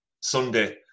Sunday